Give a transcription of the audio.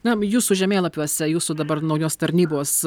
na jūsų žemėlapiuose jūsų dabar naujos tarnybos